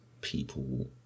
people